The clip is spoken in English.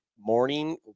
morning